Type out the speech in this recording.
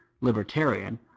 libertarian